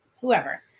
whoever